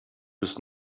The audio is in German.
bis